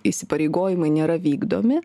įsipareigojimai nėra vykdomi